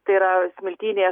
tai yra smiltynėje